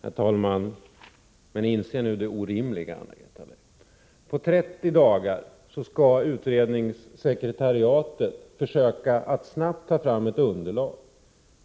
Herr talman! Inse nu det orimliga, Anna-Greta Leijon! På 30 dagar skall utredningssekretariatet försöka att snabbt ta fram ett underlag.